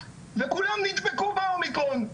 וכולם נדבקו באומיקרון.